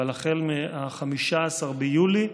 אבל החל מ-15 ביולי,